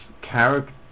character